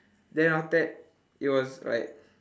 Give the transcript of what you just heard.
then after that it was like